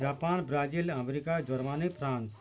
Japan Brazil America Germany France